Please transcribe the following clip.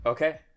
Okay